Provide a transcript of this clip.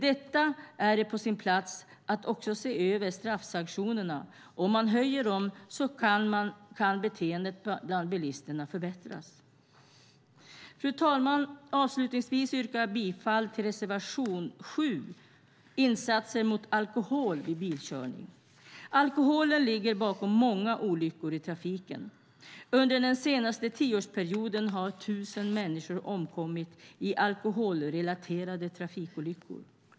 Det är också på sin plats att se över straffsanktionerna. Om man höjer dem kan beteendet bland bilisterna förbättras. Fru talman! Avslutningsvis yrkar jag bifall till reservation nr 7 Insatser mot alkohol vid bilkörning. Alkoholen ligger bakom många olyckor i trafiken. Under den senaste tioårsperioden har tusen människor omkommit i alkoholrelaterade trafikolyckor.